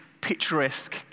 picturesque